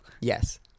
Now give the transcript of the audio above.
yes